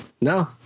no